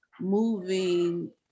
moving